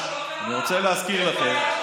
אתה לא רוצה לשמוע עצות.